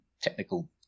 technical